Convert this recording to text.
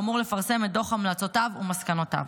ואמור לפרסם דוח המלצותיו ומסקנותיו.